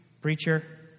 Preacher